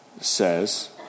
says